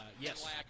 Yes